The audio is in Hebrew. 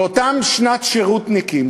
ואותם שנת-שירותניקים,